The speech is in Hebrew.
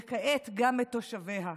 וכעת גם את תושביה.